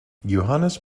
johannes